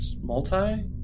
multi